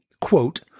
quote